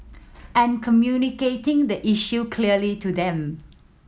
and communicating the issue clearly to them